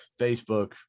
Facebook